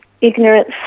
ignorance